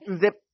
zip